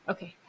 Okay